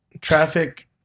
traffic